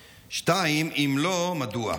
2. אם לא, מדוע?